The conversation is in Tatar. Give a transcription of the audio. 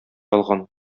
алган